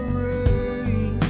rain